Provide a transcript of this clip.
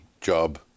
job